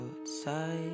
outside